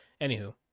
Anywho